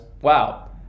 wow